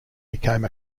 became